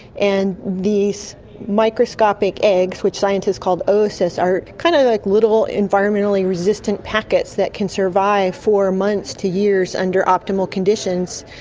and these microscopic eggs, which scientists call oocysts, are kind of like little environmentally resistant packets that can survive for months to years under optimal conditions.